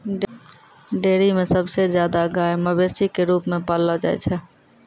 dairy म सबसे जादा गाय मवेशी क रूप म पाललो जाय छै